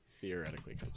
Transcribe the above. theoretically